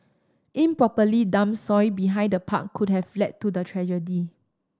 improperly dumped soil behind the park could have led to the tragedy